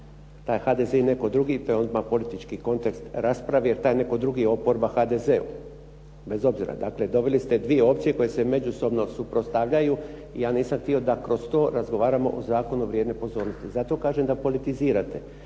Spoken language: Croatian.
Taj HDZ i netko drugi, to je odmah politički kontekst rasprave, jer taj netko drugi je oporba HDZ-u. Bez obzira, dakle, doveli ste dvije opcije koje se međusobno suprotstavljaju i ja nisam htio da kroz to razgovaramo o zakonu vrijedne pozornosti. Zato kažem da politizirate,